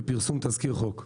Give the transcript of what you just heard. בפרסום תזכיר חוק.